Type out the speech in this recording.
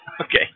Okay